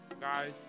guys